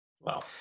Wow